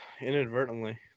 inadvertently